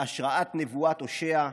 בהשראת נבואת הושע,